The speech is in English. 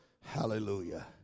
hallelujah